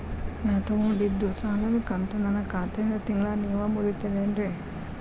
ನಾ ತೊಗೊಂಡಿದ್ದ ಸಾಲದ ಕಂತು ನನ್ನ ಖಾತೆಯಿಂದ ತಿಂಗಳಾ ನೇವ್ ಮುರೇತೇರೇನ್ರೇ?